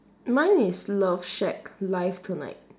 mine is love shack live tonight